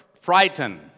frightened